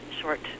short